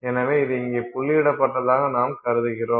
எனவே இது இங்கே புள்ளியிடப்பட்டதாக நாம் கருதுகிறோம்